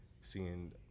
seeing